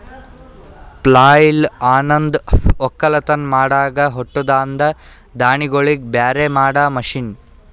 ಪ್ಲಾಯ್ಲ್ ಅನಂದ್ ಒಕ್ಕಲತನ್ ಮಾಡಾಗ ಹೊಟ್ಟದಾಂದ ದಾಣಿಗೋಳಿಗ್ ಬ್ಯಾರೆ ಮಾಡಾ ಮಷೀನ್